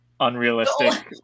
Unrealistic